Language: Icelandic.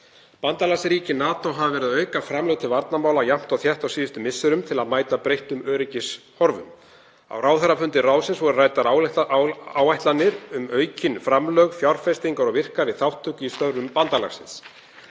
Bandalagsríki NATO hafa verið að auka framlög til varnarmála jafnt og þétt á síðustu misserum til að mæta breyttum öryggishorfum. Á ráðherrafundi ráðsins voru ræddar áætlanir um aukin framlög, fjárfestingar og virkari þátttöku í störfum bandalagsins.